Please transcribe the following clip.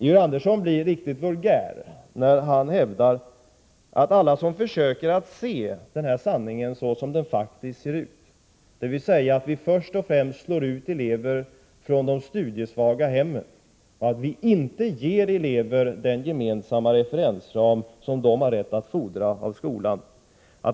Georg Andersson blir riktigt vulgär när han talar om alla som försöker beskriva denna sanning som den faktiskt ser ut, dvs. att man först och främst slår ut elever från de studiesvaga hemmen och att skolan inte ger elever den gemensamma referensram som de har rätt att fordra av skolan.